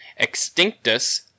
Extinctus